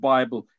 Bible